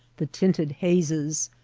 the tinted hazes,